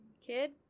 kid